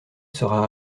sera